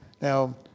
Now